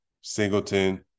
Singleton